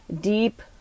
deep